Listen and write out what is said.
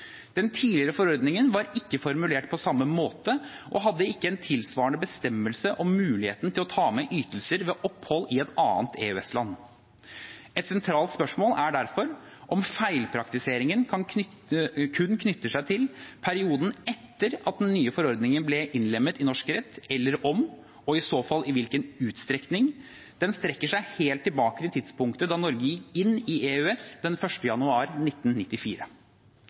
Den tidligere forordningen var ikke formulert på samme måte og hadde ikke en tilsvarende bestemmelse om muligheten til å ta med ytelser ved opphold i et annet EØS-land. Et sentralt spørsmål er derfor om feilpraktiseringen kun knytter seg til perioden etter at den nye forordningen ble innlemmet i norsk rett, eller om – og i så fall i hvilken utstrekning – den strekker seg helt tilbake til tidspunktet da Norge gikk inn i EØS, den 1. januar 1994.